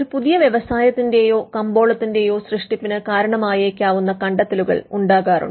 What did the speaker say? ഒരു പുതിയ വ്യവസായത്തിന്റെയോ കമ്പോളത്തിന്റെയോ സൃഷ്ടിപ്പിന് കാരണമായേക്കാവുന്ന കണ്ടെത്തലുകൾ ഉണ്ടാകാറുണ്ട്